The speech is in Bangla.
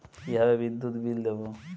কিভাবে বিদ্যুৎ বিল দেবো?